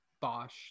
Bosch